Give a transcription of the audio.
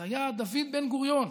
זה היה דוד בן-גוריון.